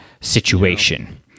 situation